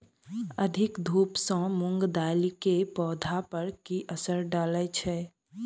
अधिक धूप सँ मूंग दालि केँ पौधा पर की असर डालय छै?